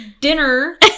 dinner